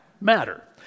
matter